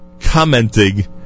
commenting